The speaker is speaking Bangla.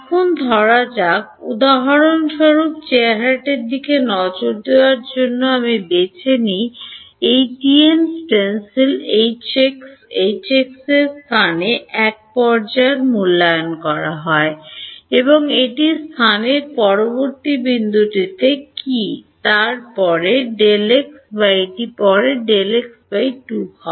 এখন ধরা যাক উদাহরণস্বরূপ চেহারাটির দিকে নজর দেওয়ার জন্য আমি বেছে নিই এই TM স্টেনসিল এইচএক্স এইচএক্সটি স্থানের এক পর্যায়ে মূল্যায়ন করা হয় যে এটি স্থানের পরবর্তী বিন্দুটি কী তা পরে Δx বা এটি পরে Δx 2 হয়